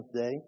day